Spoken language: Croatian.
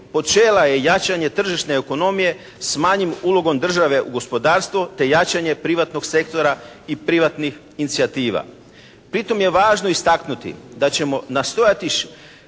počela je jačanje tržišne ekonomije s manjim ulogom države u gospodarstvo te jačanje privatnog sektora i privatnih inicijativa. Pri tome je važno istaknuti da ćemo nastojati